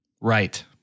Right